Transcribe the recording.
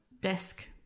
desk